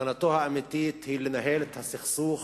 כוונתו האמיתית היא לנהל את הסכסוך,